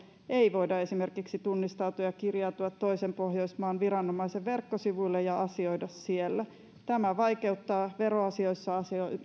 ei voida esimerkiksi tunnistautua ja kirjautua toisen pohjoismaan viranomaisen verkkosivuille ja asioida siellä tämä vaikeuttaa veroasioissa